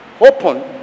open